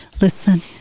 Listen